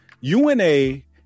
una